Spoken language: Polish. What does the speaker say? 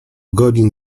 godzin